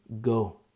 Go